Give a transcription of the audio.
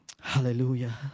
Hallelujah